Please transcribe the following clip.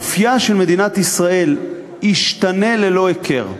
אופייה של מדינת ישראל ישתנה ללא הכר.